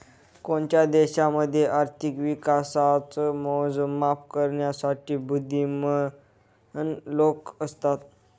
कोणत्याही देशामध्ये आर्थिक विकासाच मोजमाप करण्यासाठी बुध्दीमान लोक असतात